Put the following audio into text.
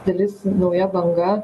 dalis nauja banga